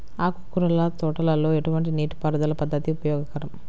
ఆకుకూరల తోటలలో ఎటువంటి నీటిపారుదల పద్దతి ఉపయోగకరం?